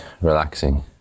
relaxing